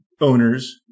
owners